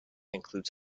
includes